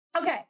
Okay